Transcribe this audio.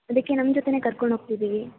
ಅದಕ್ಕೆ ನಮ್ಮ ಜೊತೆನೆ ಕರ್ಕೊಂಡೋಗ್ತಿದ್ದೀವಿ